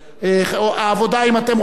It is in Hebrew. העבודה, אם אתם רוצים,